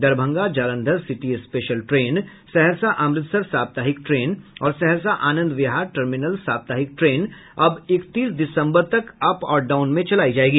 Darbhanga Jalandhar city special train Saharsa Amritsar साप्ताहिक train और Saharsa Anand Vihar terminal साप्ताहिक ट्रेन अब इकतीस दिसम्बर तक अप और डाउन में चलायी जायेगी